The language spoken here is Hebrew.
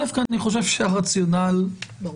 ראשית, כי אני חושב שהרציונל -- ברור.